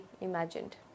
imagined